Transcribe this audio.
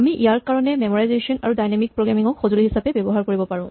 আমি ইয়াৰ কাৰণে মেমৰাইজেচন আৰু ডাইনেমিক প্ৰগ্ৰেমিং ক সজুঁলি হিচাপে ব্যৱহাৰ কৰিব পাৰো